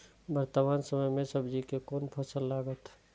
वर्तमान समय में सब्जी के कोन फसल लागत?